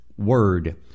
Word